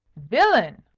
villain!